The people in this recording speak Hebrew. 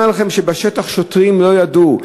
גם היום אני אומר לכם שבשטח שוטרים לא ידעו.